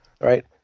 Right